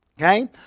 Okay